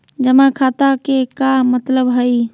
जमा खाता के का मतलब हई?